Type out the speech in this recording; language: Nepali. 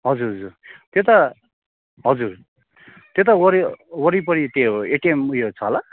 हजुर हजुर त्यता हजुर त्यता वरी वरिपरि त्यो एटिएम उयो छ होला